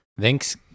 Thanks